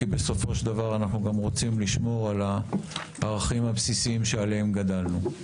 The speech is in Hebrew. כי בסופו של דבר אנחנו גם רוצים לשמור על הערכים הבסיסיים עליהם גדלנו.